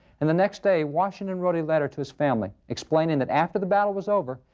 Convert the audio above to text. and the next day washington wrote a letter to his family explaining that after the battle was over,